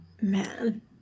Man